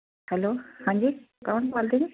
hello ਹਾਂਜੀ ਕੌਣ ਬੋਲਦੇ ਜੀ